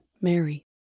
Mary